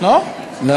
לא.